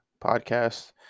podcast